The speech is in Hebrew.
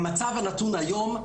במצב הנתון היום,